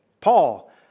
Paul